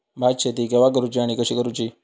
भात शेती केवा करूची आणि कशी करुची?